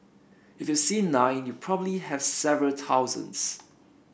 if you see nine you probably have several thousands